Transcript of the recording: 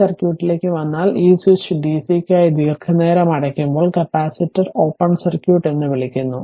ഈ സർക്യൂട്ടിലേക്ക് വന്നാൽ ഈ സ്വിച്ച് DC ക്കായി ദീർഘനേരം അടയ്ക്കുമ്പോൾ കപ്പാസിറ്റർ ഓപ്പൺ സർക്യൂട്ട് എന്ന് വിളിക്കുന്നു